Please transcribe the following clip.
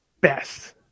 best